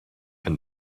been